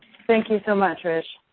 thank you so much, rich.